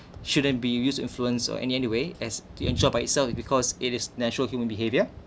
shouldn't be used influence or any anyway as to enjoyed by itself is because it is natural human behavior